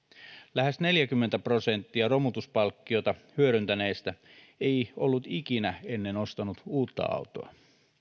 lähes neljäkymmentä prosenttia romutuspalkkiota hyödyntäneistä ei ollut ikinä ennen ostanut uutta autoa